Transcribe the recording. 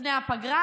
לפני הפגרה,